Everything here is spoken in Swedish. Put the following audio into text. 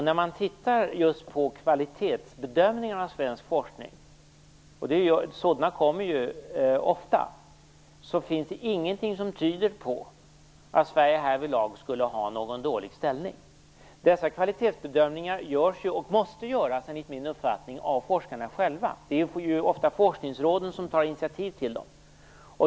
När man tittar just på kvalitetsbedömningarna av svensk forskning, och sådana kommer ofta, ser man att det inte finns någonting som tyder på att Sverige härvidlag skulle ha en dålig ställning. Dessa kvalitetsbedömningar görs, och måste enligt min mening göras, av forskarna själva. Det är ofta forskningsråden som tar initiativ till dem.